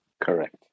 Correct